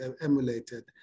emulated